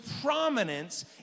prominence